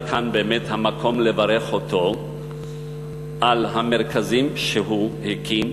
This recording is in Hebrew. וכאן באמת המקום לברך אותו על המרכזים שהוא הקים,